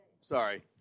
Sorry